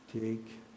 take